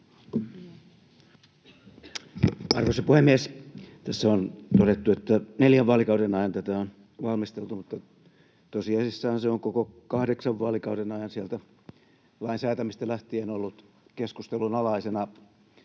Arvoisa puhemies! Tässä on todettu, että neljän vaalikauden ajan tätä on valmisteltu, mutta tosiasiassahan se on kahdeksan vaalikauden ajan sieltä lain säätämisestä lähtien ollut keskustelun alaisena,